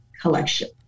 collection